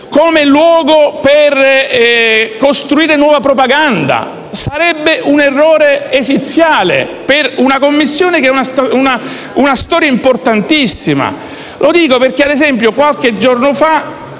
come luogo per costruire nuova propaganda, sarebbe un errore esiziale per una Commissione che ha una storia importantissima. Dico questo perché qualche giorno fa